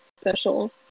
special